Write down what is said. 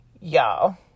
Y'all